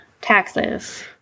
taxes